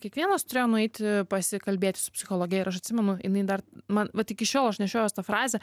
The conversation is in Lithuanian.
kiekvienas turėjo nueiti pasikalbėti su psichologe ir aš atsimenu jinai dar man vat iki šiol aš nešiojuos tą frazę